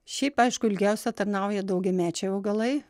šiaip aišku ilgiausiai tarnauja daugiamečiai augalai